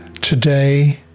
Today